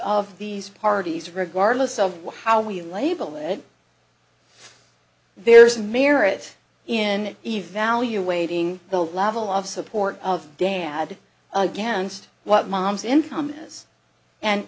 of these parties regardless of how we label it there's merit in evaluating the level of support of dad against what mom's income is and